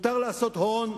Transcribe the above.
מותר לעשות הון,